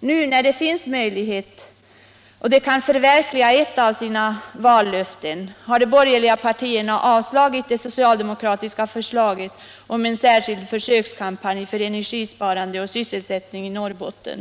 Nu när det finns möjlighet för dessa le damöter att förverkliga ett av sina vallöften har de borgerliga partieria Nr 122 avslagit det socialdemokratiska förslaget om en särskild försökskampanj Tisdagen den för energisparande och sysselsättning i Norrbotten.